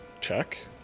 check